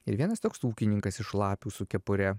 ir vienas toks ūkininkas iš lapių su kepure